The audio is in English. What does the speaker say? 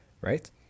right